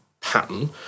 pattern